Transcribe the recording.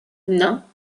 nain